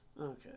Okay